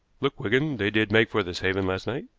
look, wigan, they did make for this haven last night.